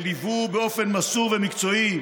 שליוו באופן מסור ומקצועי